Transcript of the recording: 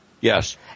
Yes